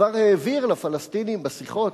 כבר העביר לפלסטינים בשיחות,